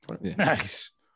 nice